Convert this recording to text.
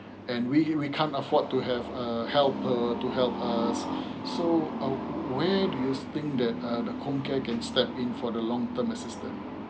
and we we can't afford to have a helper to help us so where do you think that um the comcare can step in for the long term assistance